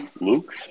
Luke